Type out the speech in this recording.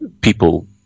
people